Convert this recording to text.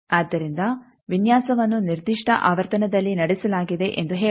ಆದ್ದರಿಂದ ವಿನ್ಯಾಸವನ್ನು ನಿರ್ದಿಷ್ಟ ಆವರ್ತನದಲ್ಲಿ ನಡೆಸಲಾಗಿದೆ ಎಂದು ಹೇಳೋಣ